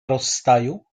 rozstaju